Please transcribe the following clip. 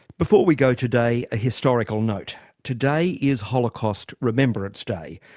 before we go today, a historical note today is holocaust remembrance day,